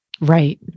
Right